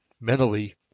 mentally